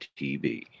TV